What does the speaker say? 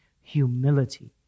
humility